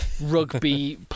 rugby